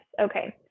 Okay